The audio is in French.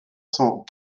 cent